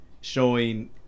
showing